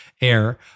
air